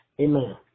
amen